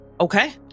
Okay